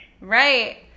Right